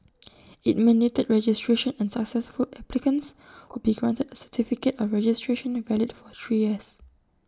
IT mandated registration and successful applicants would be granted A certificate of registration valid for three years